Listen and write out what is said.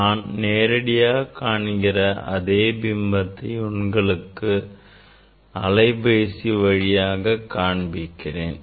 நான் நேரடியாக காண்கிற அதே பிம்பத்தை தான் உங்களுக்கு அலைப்பேசி திரைவழியாக காண்பிக்கிறேன்